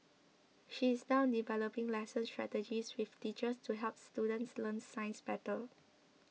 she is now developing lesson strategies with teachers to help students learn science better